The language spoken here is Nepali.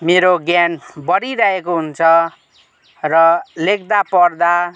मेरो ज्ञान बढिरहेको हुन्छ र लेख्दा पढ्दा